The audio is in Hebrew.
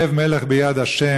לב מלך ביד ה'.